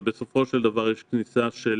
בסופו של דבר, יש כניסה של